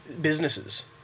businesses